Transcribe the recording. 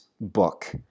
book